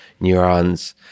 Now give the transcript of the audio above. neurons